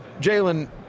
Jalen